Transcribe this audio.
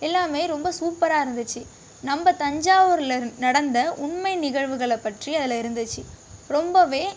எல்லாமே ரொம்ப சூப்பராக இருந்துச்சு நம்ப தஞ்சாவூரில் நடந்த உண்மை நிகழ்வுகளை பற்றி அதில் இருந்துச்சு ரொம்பவே